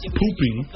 pooping